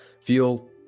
feel